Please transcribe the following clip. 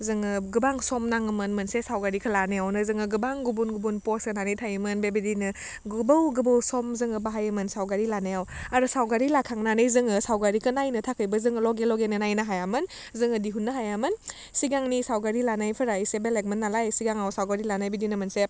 जोङो गोबां सम नाङोमोन मोनसे सावगारिखौ लानायावनो जोङो गोबां गुबुन गुबुन पस होनानै थायोमोन बेबायदिनो गोबाव गोबाव सम जोङो बाहायोमोन सावगारि लानायाव आरो सावगारि लाखांनानै जोङो सावगारिखौ नायनो थाखायबो जोङो लगे लगेनो नायनो हायामोन जोङो दिहुननो हायामोन सिगांनि सावगारि लानायफोरा एसे बेलेगमोन नालाय सिगाङाव सावगारि लानाय बिदिनो मोनसे